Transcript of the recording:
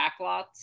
backlots